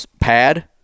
pad